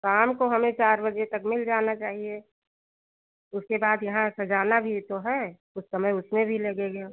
शाम को हमें चार बजे तक मिल जाना चाहिए उसके बाद यहाँ सजाना भी तो है कुछ समय उसमें भी लगेगा